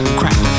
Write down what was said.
crack